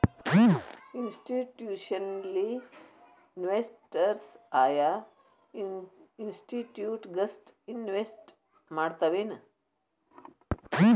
Institutional investors ಆಯಾ institute ಗಷ್ಟ invest ಮಾಡ್ತಾವೆನ್?